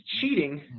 cheating